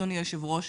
אדוני היושב ראש,